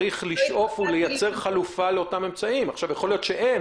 יכול להיות שאין.